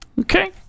Okay